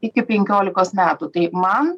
iki penkiolikos metų tai man